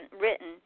written